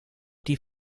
die